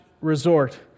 resort